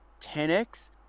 10x